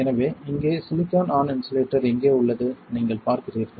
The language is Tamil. எனவே இங்கே சிலிக்கான் ஆன் இன்சுலேட்டர் எங்கே உள்ளது நீங்கள் பார்க்கிறீர்கள்